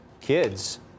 kids